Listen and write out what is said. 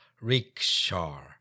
rickshaw